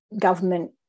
government